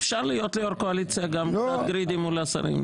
אפשר להיות יו"ר קואליציה מול השרים,